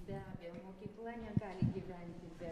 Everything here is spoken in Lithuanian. be abejo mokykla negali gyventi be